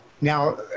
Now